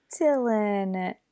Dylan